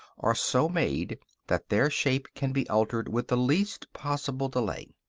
are so made that their shape can be altered with the least possible delay.